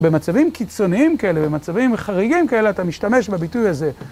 במצבים קיצוניים כאלה, במצבים חריגים כאלה, אתה משתמש בביטוי הזה.